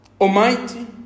almighty